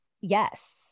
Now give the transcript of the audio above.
Yes